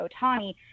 Otani